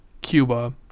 Cuba